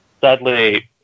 sadly